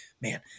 man